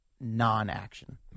non-action